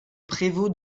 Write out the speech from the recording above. prévôt